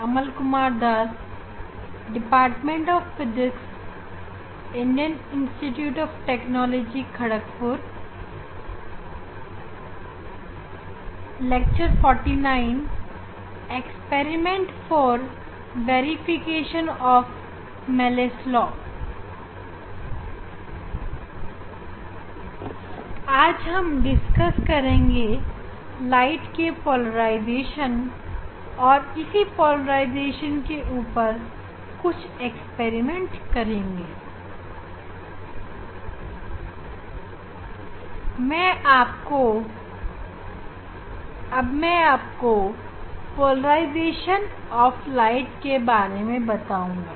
अब मैं आपको पोलराइजेशन के बारे में बताऊंगा